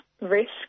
risk